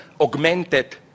augmented